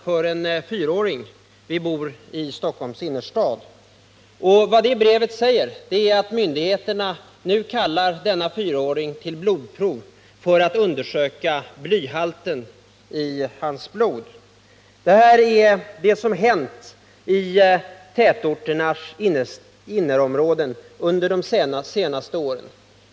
Jag fick brevet i min egenskap av målsman för en fyraåring, och denne fyraåring kallades nu till blodprov för att man skulle undersöka blyhalten i hans blod. Brevet kan ses som ett uttryck för vad som hänt i tätorternas innerområden under de senaste åren.